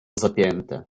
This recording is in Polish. zapięte